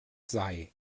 sei